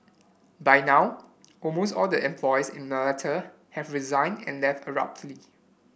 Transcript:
by now almost all the employee in Malta have resigned and left abruptly